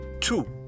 two